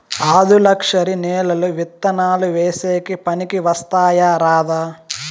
ఆధులుక్షరి నేలలు విత్తనాలు వేసేకి పనికి వస్తాయా రాదా?